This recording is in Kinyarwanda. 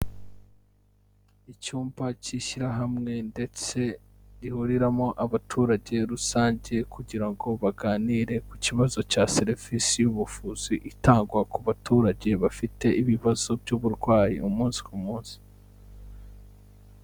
Icyumba cy'ishyirahamwe ndetse gihuriramo abaturage rusange kugira ngo baganire ku kibazo cya serivisi y'ubuvuzi itangwa ku baturage bafite ibibazo by'uburwayi umunsi ku munsi.